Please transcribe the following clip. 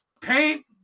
Paint